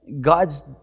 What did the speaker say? God's